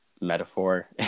metaphor